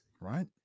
Right